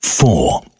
Four